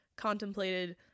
contemplated